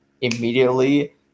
immediately